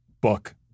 book